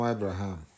Abraham